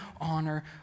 honor